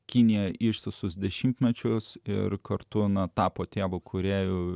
kiniją ištisus dešimtmečius ir kartoną tapo tėvu kūrėju